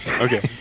okay